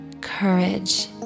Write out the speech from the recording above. courage